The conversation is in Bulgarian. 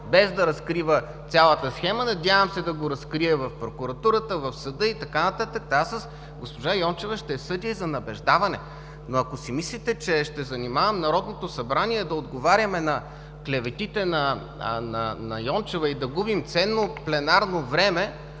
без да разкрива цялата схема. Надявам се да го разкрие в прокуратурата, в съда и така нататък. Госпожа Йончева ще я съдя и за набеждаване, но ако си мислите, че ще занимавам Народното събрание да отговаряме на клеветите на Йончева и да губим ценно пленарно време